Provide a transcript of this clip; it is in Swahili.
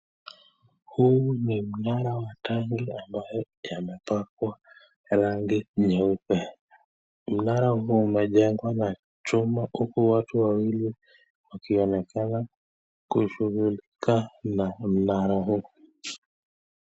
Huu ni mnara wa tangi ambao yamepakwa rangi nyeupe. Mnara huu umejengwa na chuma huku watu wawili wakionekana kushughulika na mnara huu.